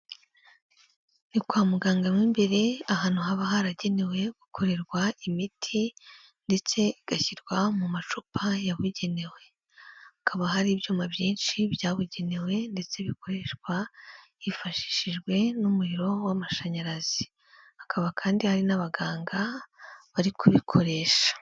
Ni kwa muganga mo imbere, ahantu haba haragenewe gukorerwa imiti ndetse igashyirwa mu macupa yabugenewe. Hakaba hari ibyuma byinshi byabugenewe ndetse bikoreshwa hifashishijwe n'umuriro w'amashanyarazi. Hakaba kandi hari n'abaganga bari kubikoresha.